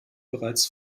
bereits